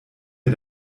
mir